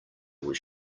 was